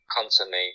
constantly